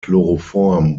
chloroform